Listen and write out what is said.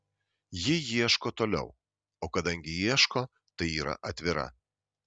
ji ieško toliau o kadangi ieško tai yra atvira